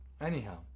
Anyhow